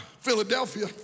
Philadelphia